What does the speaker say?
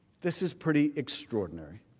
this is pretty extraordinary.